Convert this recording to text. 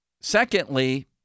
Secondly